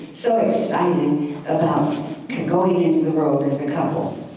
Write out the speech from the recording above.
so exciting about going into the world as a couple.